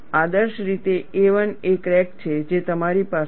આદર્શરીતે a1 એ crack છે જે તમારી પાસે છે